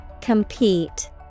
Compete